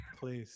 please